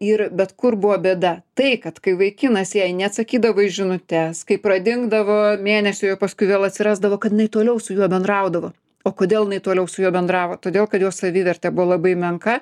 ir bet kur buvo bėda tai kad kai vaikinas jai neatsakydavo į žinutes kai pradingdavo mėnesiui o paskui vėl atsirasdavo kad jinai toliau su juo bendraudavo o kodėl jinai toliau su juo bendravo todėl kad jos savivertė buvo labai menka